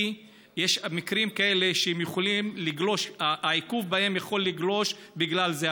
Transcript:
כי יש מקרים כאלה שהעיכוב בהם יכול לגלוש בגלל זה,